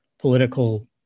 political